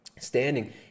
standing